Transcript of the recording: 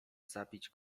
zabić